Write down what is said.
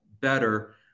better